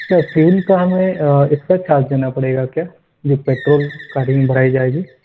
سر fuel کا ہمیں extra charge دینا پڑے گا کیا جو پیٹرول گاڑی میں بھرائی جائے گی